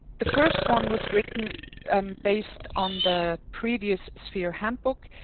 the first one was written um based on the previous sphere handbook,